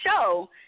show